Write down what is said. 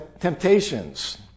temptations